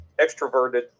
extroverted